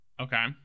Okay